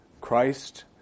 Christ